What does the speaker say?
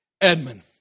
Edmund